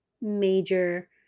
major